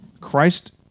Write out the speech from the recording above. Christ